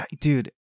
dude